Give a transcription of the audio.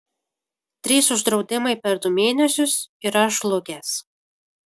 trys uždraudimai per du mėnesius ir aš žlugęs